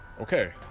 okay